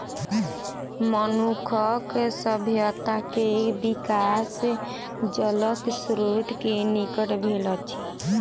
मनुखक सभ्यता के विकास जलक स्त्रोत के निकट भेल अछि